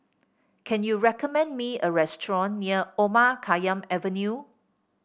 can you recommend me a restaurant near Omar Khayyam Avenue